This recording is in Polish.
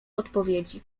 odpowiedzi